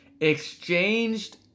Exchanged